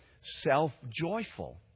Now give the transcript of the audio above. self-joyful